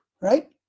right